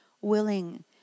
willing